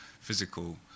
physical